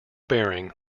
bearing